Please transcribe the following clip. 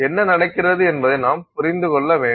என்ன நடக்கிறது என்பதை நாம் புரிந்து கொள்ள வேண்டும்